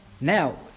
Now